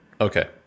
Okay